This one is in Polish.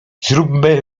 zróbmy